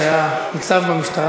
שהיה ניצב במשטרה,